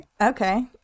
okay